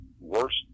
worst